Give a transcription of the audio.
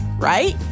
right